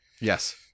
Yes